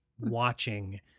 watching